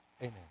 Amen